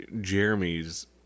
Jeremy's